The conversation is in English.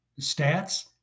Stats